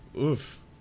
Oof